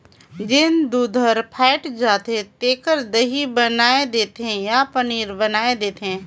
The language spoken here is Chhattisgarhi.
जेन दूद हर फ़ायट जाथे तेखर दही बनाय देथे या पनीर बनाय देथे